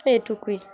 এটুকুই